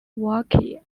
wakhi